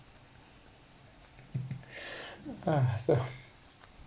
ah so